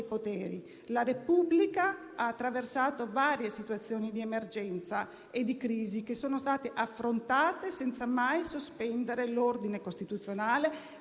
«La Repubblica ha attraversato varie situazioni di emergenza e di crisi (...) che sono state affrontate senza mai sospendere l'ordine costituzionale,